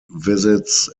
visits